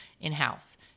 in-house